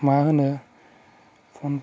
मा होनो फन मायबा